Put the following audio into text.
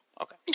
okay